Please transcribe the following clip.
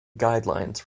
guidelines